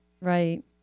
right